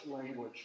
language